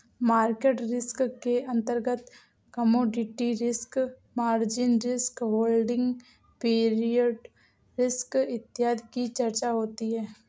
market risk के अंतर्गत commodity risk, margin risk, holding period risk इत्यादि की चर्चा होती है